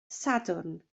sadwrn